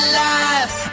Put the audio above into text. Alive